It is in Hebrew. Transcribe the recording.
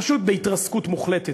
פשוט בהתרסקות מוחלטת,